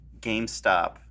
GameStop